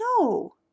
no